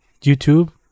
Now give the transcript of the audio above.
YouTube